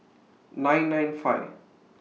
nine nine five